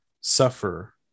suffer